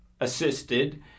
assisted